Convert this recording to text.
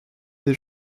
des